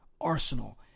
Arsenal